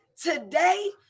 today